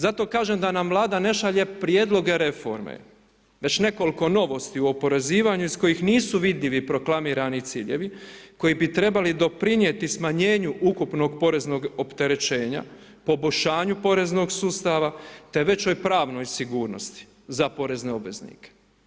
Zato kažem da nam Vlada ne šalje prijedloge reforme, već nekol'ko novosti u oporezivanju iz kojih nisu vidljivi proklamirani ciljevi, koji bi trebali doprinjeti smanjenju ukupnog poreznog opterećenja, poboljšanju poreznog sustava, te većoj pravnoj sigurnosti za porezne obveznike.